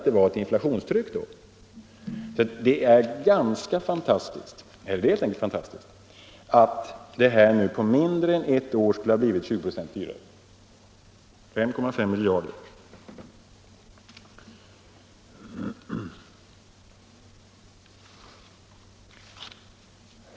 Det är fantastiskt att projektet på mindre än ett år skulle ha blivit 20 96 dyrare!